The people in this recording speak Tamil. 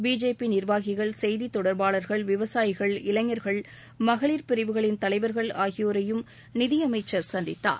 பிஜேபி நிர்வாகிகள் செய்தி தொடர்பாளர்கள் விவசாயிகள் இளைஞர்கள் மகளிர் பிரிவுகளின் தலைவர்கள் ஆகியோரை நிதி அமைச்சர் சந்தித்தார்